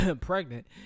pregnant